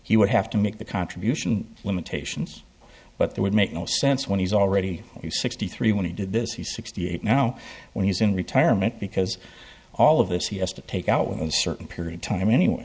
he would have to make the contribution limitations but that would make no sense when he's already sixty three when he did this he's sixty eight now when he's in retirement because all of this c s to take out one certain period of time anyway